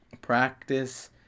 practice